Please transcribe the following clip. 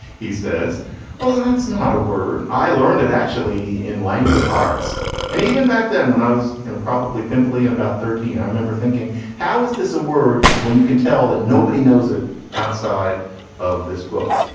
he says well that's not a word i learned it actually in language arts and even back then when i was you a probably pimply in about thirteen i remember thinking how is this a word when you can tell that nobody knows it outside of this book.